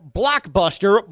blockbuster